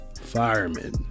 firemen